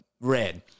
red